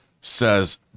says